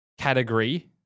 category